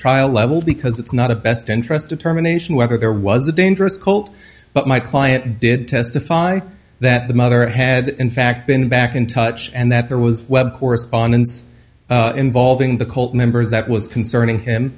trial level because it's not a best interest determination whether there was a dangerous cult but my client did testify that the mother had in fact been back in touch and that there was web correspondence involving the cult members that was concerning him